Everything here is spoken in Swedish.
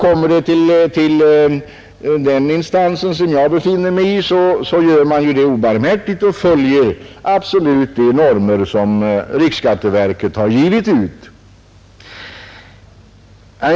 Kommer ett sådant ärende till den instans i vars arbete jag deltar så blir det obarmhärtigt avslag med hänvisning till de normer som riksskatteverket har givit ut.